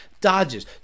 Dodges